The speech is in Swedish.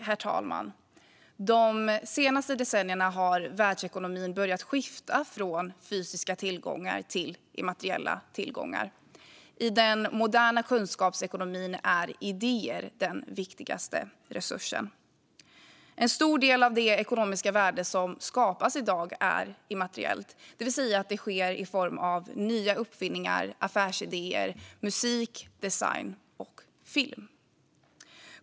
Herr talman! De senaste decennierna har världsekonomin börjat skifta från fysiska tillgångar till immateriella tillgångar. I den moderna kunskapsekonomin är idéer den viktigaste resursen. En stor del av det ekonomiska värde som skapas i dag är immateriellt - det vill säga att det sker i form av nya uppfinningar, affärsidéer, musik, design och film.